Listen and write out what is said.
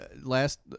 last